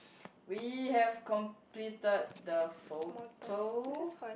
we have completed the photo